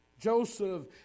Joseph